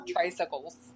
tricycles